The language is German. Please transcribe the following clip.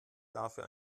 dafür